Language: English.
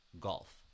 golf